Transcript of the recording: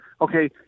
Okay